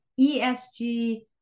ESG